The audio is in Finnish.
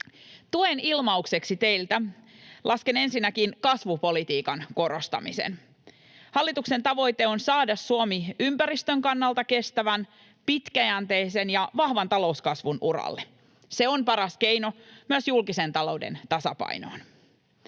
Tuenilmaukseksi teiltä lasken ensinnäkin kasvupolitiikan korostamisen. Hallituksen tavoite on saada Suomi ympäristön kannalta kestävän, pitkäjänteisen ja vahvan talouskasvun uralle. Se on paras keino myös julkisen talouden tasapainoon.